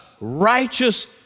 righteous